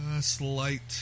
Slight